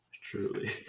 Truly